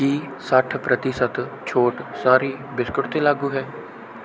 ਕੀ ਸੱਠ ਪ੍ਰਤੀਸ਼ਤ ਛੋਟ ਸਾਰੀ ਬਿਸਕੁਟ 'ਤੇ ਲਾਗੂ ਹੈ